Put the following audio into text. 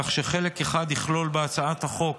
כך שחלק אחד יכלול בהצעת החוק